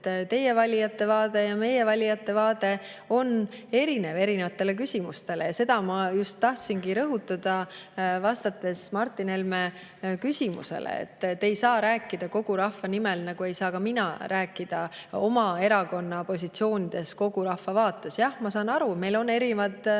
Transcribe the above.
teie valijate vaade ja meie valijate vaade erinevate küsimuste puhul on erinev. Seda ma just tahtsingi rõhutada, vastates Martin Helme küsimusele, et te ei saa rääkida kogu rahva nimel, nagu ei saa ka mina rääkida oma erakonna positsioonist kogu rahva nimel. Jah, ma saan aru, et meil on erinevad arvamused,